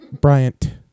Bryant